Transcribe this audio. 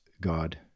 God